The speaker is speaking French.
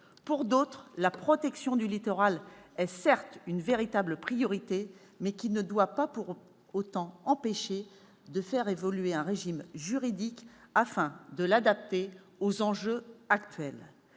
Pour d'autres, la protection du littoral est certes une véritable priorité, mais qui ne doit pas pour autant empêcher de faire évoluer un régime juridique afin de l'adapter aux enjeux actuels.